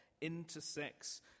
intersects